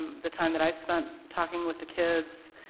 the time that i spent talking with the kids.